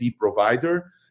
provider